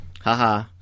haha